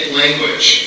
language